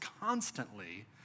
constantly